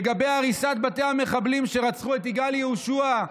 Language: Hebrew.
לגבי הריסת בתי מחבלים שרצחו את יגאל יהושע,